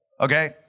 okay